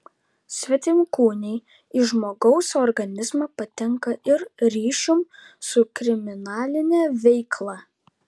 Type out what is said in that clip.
svetimkūniai į žmogaus organizmą patenka ir ryšium su kriminaline veikla